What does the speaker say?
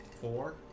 four